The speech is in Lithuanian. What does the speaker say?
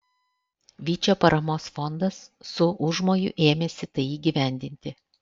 vyčio paramos fondas su užmoju ėmėsi tai įgyvendinti